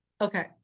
Okay